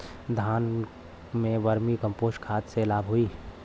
का धान में वर्मी कंपोस्ट खाद से लाभ होई?